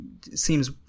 seems